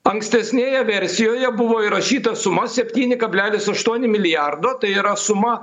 ankstesnėje versijoje buvo įrašyta suma septyni kablelis aštuoni milijardo tai yra suma